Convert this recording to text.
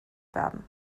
werden